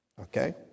Okay